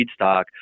feedstock